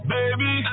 Baby